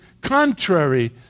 contrary